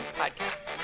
podcast